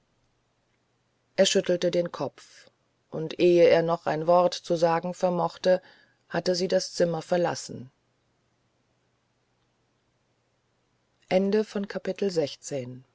er schüttelte den kopf und ehe er noch ein wort zu sagen vermochte hatte sie das zimmer verlassen